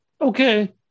okay